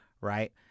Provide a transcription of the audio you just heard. right